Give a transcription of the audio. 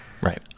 right